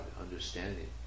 understanding